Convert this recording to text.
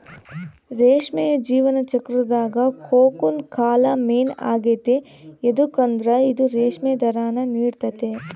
ರೇಷ್ಮೆಯ ಜೀವನ ಚಕ್ರುದಾಗ ಕೋಕೂನ್ ಕಾಲ ಮೇನ್ ಆಗೆತೆ ಯದುಕಂದ್ರ ಇದು ರೇಷ್ಮೆ ದಾರಾನ ನೀಡ್ತತೆ